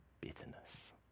bitterness